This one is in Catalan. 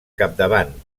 capdavant